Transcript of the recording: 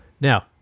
Now